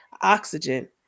Oxygen